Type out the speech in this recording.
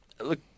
Look